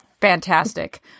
fantastic